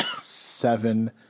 seven